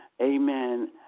amen